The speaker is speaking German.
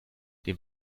dem